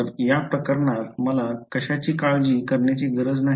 तर या प्रकरणात मला कशाची काळजी करण्याची गरज नाही